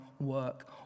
work